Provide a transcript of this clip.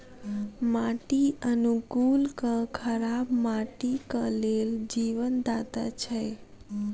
माटि अनुकूलक खराब माटिक लेल जीवनदाता छै